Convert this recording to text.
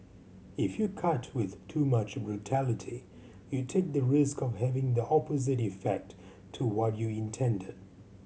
if you cut with too much brutality you take the risk of having the opposite effect to what you intended